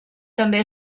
també